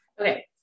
Okay